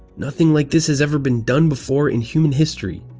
nothing like this has ever been done before in human history.